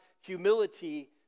humility